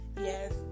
yes